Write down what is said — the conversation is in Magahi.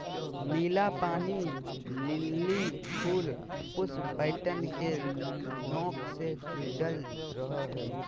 नीला पानी लिली फूल पुष्प पैटर्न के नोक से जुडल रहा हइ